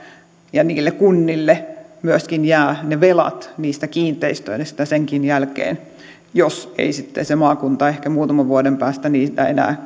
ja kunnille myöskin jäävät velat kiinteistöistä senkin jälkeen jos ei maakunta ehkä muutaman vuoden päästä niitä enää